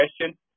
question